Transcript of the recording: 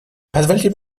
позвольте